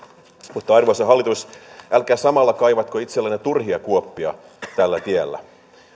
mutta arvoisa hallitus älkää samalla kaivako itsellenne turhia kuoppia tällä tiellä